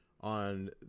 on